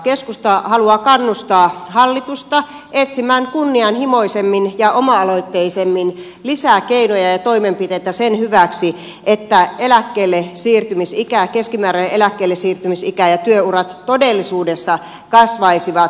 keskusta haluaa kannustaa hallitusta etsimään kunnianhimoisemmin ja oma aloitteisemmin lisää keinoja ja toimenpiteitä sen hyväksi että keskimääräinen eläkkeellesiirtymisikä ja työurat todellisuudessa kasvaisivat